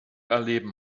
erleben